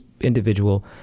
individual